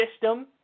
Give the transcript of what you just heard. system